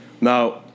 Now